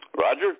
Roger